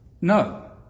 No